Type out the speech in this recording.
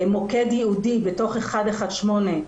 מוקד ייעודי בתוך 118,